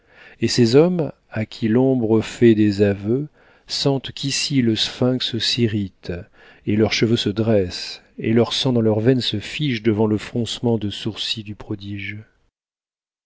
et ces hommes à qui l'ombre fait des aveux sentent qu'ici le sphinx s'irrite et leurs cheveux se dressent et leur sang dans leurs veines se fige devant le froncement de sourcil du prodige